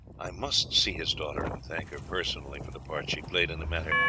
i must see his daughter and thank her personally for the part she played in the matter.